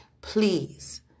Please